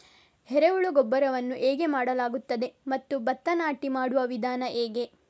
ಎರೆಹುಳು ಗೊಬ್ಬರವನ್ನು ಹೇಗೆ ಮಾಡಲಾಗುತ್ತದೆ ಮತ್ತು ಭತ್ತ ನಾಟಿ ಮಾಡುವ ವಿಧಾನ ಹೇಗೆ?